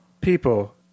people